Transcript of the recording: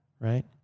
Right